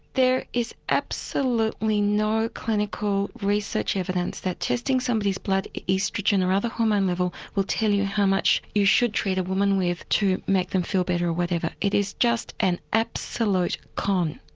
there is absolutely not clinical research evidence that testing somebody's blood oestrogen or other hormone level will tell you how much you should treat a women with to make them feel better or whatever. it is just an absolute con.